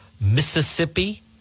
Mississippi